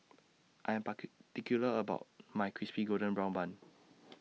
I Am particular about My Crispy Golden Brown Bun